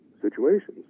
situations